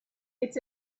it’s